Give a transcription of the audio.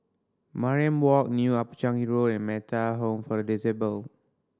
Mariam Walk New Upper Changi Road and Metta Home for the Disabled